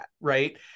right